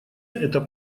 это